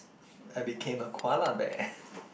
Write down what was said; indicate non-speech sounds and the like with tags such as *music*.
I became a koala bear *laughs*